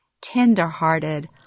Tender-hearted